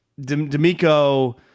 D'Amico